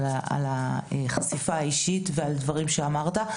על החשיפה האישית ועל דברים שאמרת.